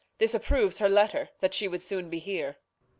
this approves her letter, that she would soon be here.